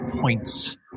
points